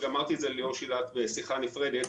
וגם אמרתי את זה לליאור שילת בשיחה נפרדת.